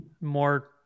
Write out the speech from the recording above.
more